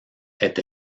est